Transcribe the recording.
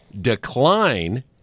decline